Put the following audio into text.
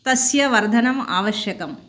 तस्य वर्धनम् आवश्यकं